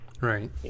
right